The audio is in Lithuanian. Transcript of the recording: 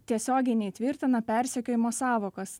tiesiogiai neįtvirtina persekiojimo sąvokos